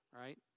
right